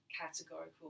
categorical